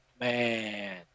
man